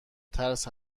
ترس